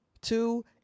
two